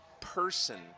person